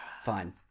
fine